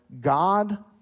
God